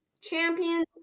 champion